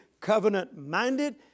covenant-minded